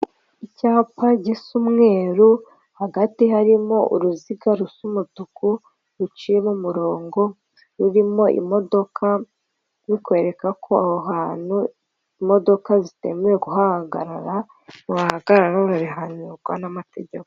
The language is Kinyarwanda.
Icyapa gisa umweru hagati harimo uruziga rusa umutuku ruciyemo umurongo rurimo imodoka bikwereka ko aho hantu imodoka zitemewe kuhahagarara wahahagarara ukabihanirwa n'amategeko.